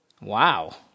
Wow